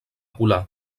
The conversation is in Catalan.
polar